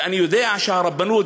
ואני יודע שהרבנות,